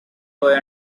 boy